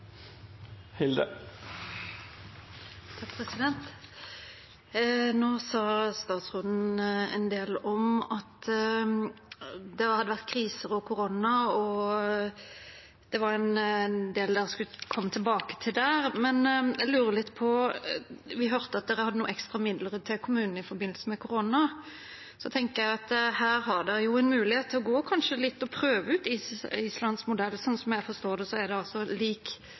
Nå sa statsråden en del om at det hadde vært krise og korona, og at det var en del man skulle komme tilbake til der. Vi hørte at man hadde noen ekstra midler til kommunene i forbindelse med koronaen. Da tenker jeg at her har man en mulighet til kanskje å prøve ut Islands modell. Slik jeg forstår det, er det at arbeid av lik